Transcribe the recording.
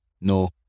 No